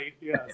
Yes